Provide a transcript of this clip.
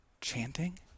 chanting